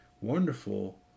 wonderful